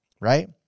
right